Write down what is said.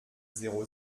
zéro